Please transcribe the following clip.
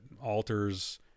alters